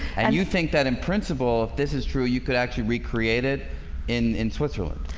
and you think that in principle, this is true. you could actually recreate it in in switzerland.